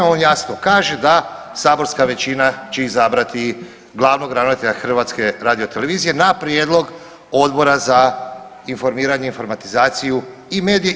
On jasno kaže da saborska većina će izabrati glavnog ravnatelja HRT-a na prijedlog Odbora za informiranje, informatizaciju i medije.